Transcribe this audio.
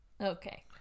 Okay